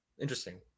Interesting